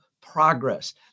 progress